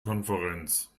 konferenz